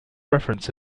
reference